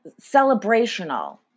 celebrational